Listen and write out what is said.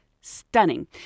stunning